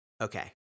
Okay